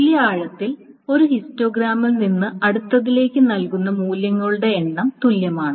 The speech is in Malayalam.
തുല്യ ആഴത്തിൽ ഒരു ഹിസ്റ്റോഗ്രാമിൽ നിന്ന് അടുത്തതിലേക്ക് നൽകുന്ന മൂല്യങ്ങളുടെ എണ്ണം തുല്യമാണ്